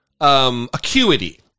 acuity